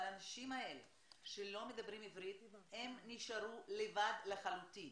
אבל האנשים האלה שלא מדברים עברית הם נשארו לבד לחלוטין.